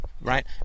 Right